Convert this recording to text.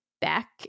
back